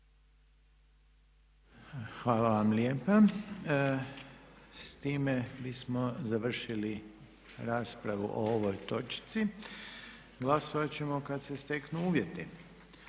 Hvala lijepa. S time smo završili raspravu o ovoj točci. Ja ju zaključujem. Glasovat ćemo kad se steknu uvjeti.